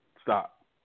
stop